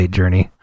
journey